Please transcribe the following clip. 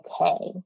okay